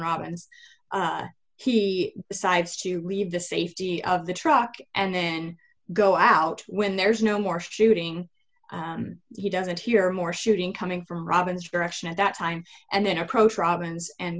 robins he decides to leave the safety of the truck and then go out when there's no more shooting he doesn't hear more shooting coming from robin's direction at that time and then approached robins and